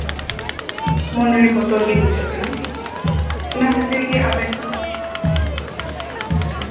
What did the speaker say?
ᱢᱚᱱᱮᱨᱮ ᱵᱚᱛᱚᱨ ᱜᱮ ᱵᱩᱡᱷᱟᱹᱜ ᱠᱟᱱᱟ ᱚᱱᱟ ᱠᱷᱟᱹᱛᱤᱨ ᱜᱮ ᱟᱵᱮᱱ